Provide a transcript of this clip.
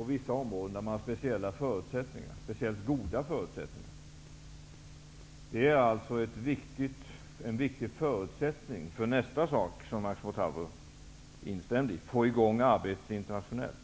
miljöområdet där man har speciellt goda förutsättningar är viktigt för att få i gång arbetet internationellt, något som Max Montalvo sedan instämde i var viktigt.